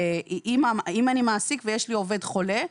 אם אני מעסיק ויש לי עובד חולה,